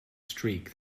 streak